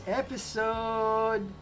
episode